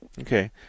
Okay